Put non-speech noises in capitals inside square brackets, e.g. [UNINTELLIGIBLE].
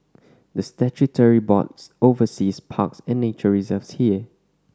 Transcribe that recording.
the statutory board [UNINTELLIGIBLE] oversees parks and nature reserves here